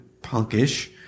punkish